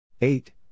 eight